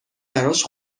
براش